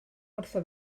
wrtho